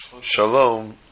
Shalom